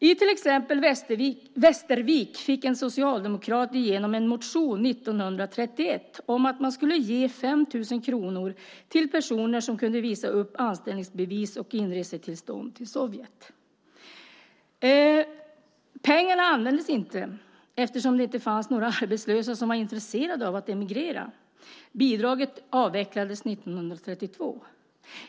I till exempel Västervik fick en socialdemokrat igenom en motion 1931 om att man skulle ge 5 000 kronor till personer som kunde visa upp anställningsbevis och inresetillstånd till Sovjet. Pengarna användes inte eftersom det inte fanns några arbetslösa som var intresserade av att emigrera. Bidraget avvecklades 1932.